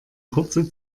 kurze